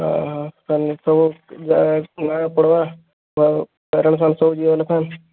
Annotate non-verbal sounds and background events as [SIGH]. ଓହୋ [UNINTELLIGIBLE]